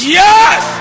yes